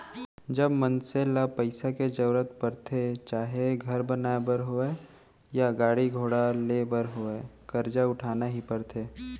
जब मनसे ल पइसा के जरुरत परथे चाहे घर बनाए बर होवय या गाड़ी घोड़ा लेय बर होवय करजा उठाना ही परथे